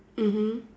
mmhmm